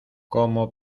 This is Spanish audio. como